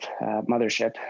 mothership